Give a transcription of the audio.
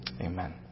Amen